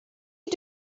you